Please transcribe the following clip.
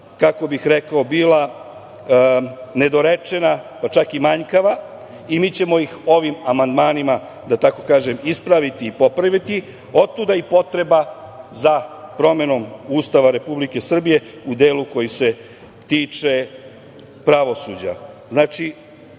kako bi rekao, bila nedorečena i manjkava i mi ćemo ih ovim amandmanima, da tako kažem, ispraviti i popraviti, otuda i potreba za promenom Ustava Republike Srbije u delu koji se tiče pravosuđa. Znači,